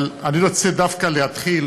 אבל אני רוצה דווקא להתחיל